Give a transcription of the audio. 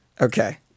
Okay